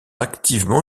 activement